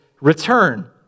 return